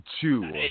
two